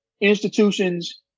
institutions